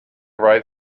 right